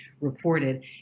reported